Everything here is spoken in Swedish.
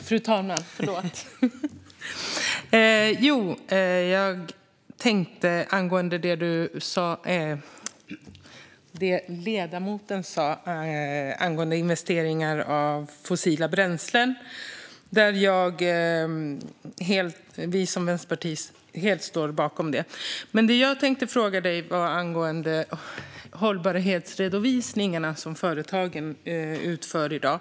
Fru talman! Det ledamoten sa om investeringar i fossila bränslen står Vänsterpartiet helt bakom, men jag har en fråga gällande de hållbarhetsredovisningar som företagen gör i dag.